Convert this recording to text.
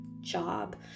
job